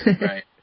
Right